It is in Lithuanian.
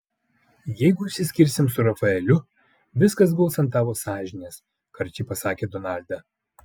jeigu išsiskirsim su rafaeliu viskas guls ant tavo sąžinės karčiai pasakė donalda